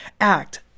Act